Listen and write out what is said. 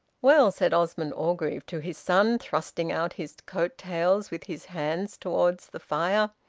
well, said osmond orgreave to his son, thrusting out his coat-tails with his hands towards the fire,